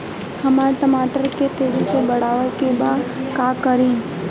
हमरा टमाटर के तेजी से पकावे के बा का करि?